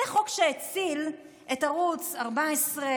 זה חוק שהציל את ערוץ 14,